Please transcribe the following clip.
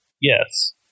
Yes